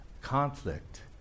conflict